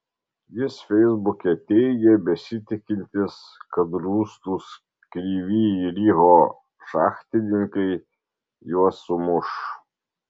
jis feisbuke teigė besitikintis kad rūstūs kryvyj riho šachtininkai juos sumuš